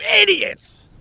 idiots